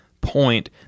point